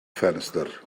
ffenestr